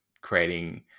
creating